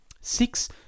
Six